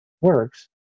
works